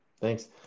Thanks